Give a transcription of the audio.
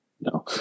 No